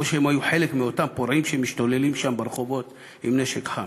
או שהם היו חלק מאותם פורעים שמשתוללים שם ברחובות עם נשק חם.